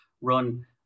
run